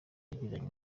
yagiranye